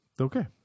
Okay